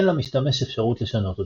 אין למשתמש אפשרות לשנות אותם.